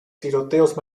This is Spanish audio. tiroteos